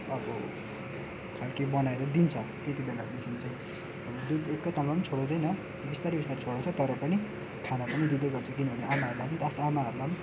अब खालके बनाएर दिन्छ त्यति बेलादेखि चाहिँ अब दुध एकैतालमा पनि छोडाउँदैन बिस्तारै बिस्तारै छोडाउँछ तर पनि खाना पनि दिँदै गर्छ किनभने आमाहरूलाई पनि त आमाहरूलाई पनि